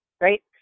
right